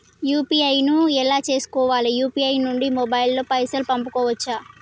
UPI ను ఎలా చేస్కోవాలి యూ.పీ.ఐ నుండి మొబైల్ తో పైసల్ పంపుకోవచ్చా?